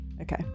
okay